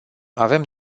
avem